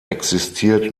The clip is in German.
existiert